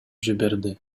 жиберди